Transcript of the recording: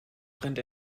brennt